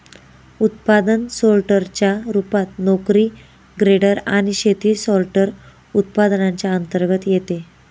उत्पादन सोर्टर च्या रूपात, नोकरी ग्रेडर आणि शेती सॉर्टर, उत्पादनांच्या अंतर्गत येते